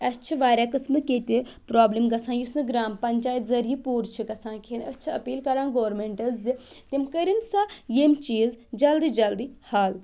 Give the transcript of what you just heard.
اَسِہ چھِ واریاہ قٕسمٕکۍ ییٚتہِ پرٛابلِم گژھان یُس نہٕ گرٛام پَنچایَت ذٔریعہٕ پوٗرٕ چھِ گژھان کِہنۍ أسۍ چھِ أپیٖل کَران گورنمینٹَس زِ تِم کٔرِنۍ سا یٔمۍ چیٖز جلدی جلدی حل